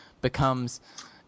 becomes